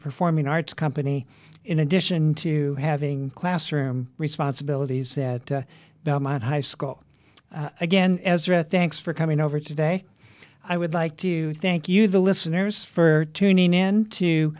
performing arts company in addition to having classroom responsibilities that belmont high school again as a thanks for coming over today i would like to thank you the listeners for tuning in t